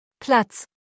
Platz